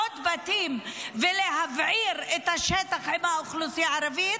עוד בתים ולהבעיר את השטח עם האוכלוסייה הערבית,